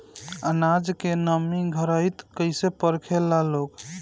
आनाज के नमी घरयीत कैसे परखे लालो?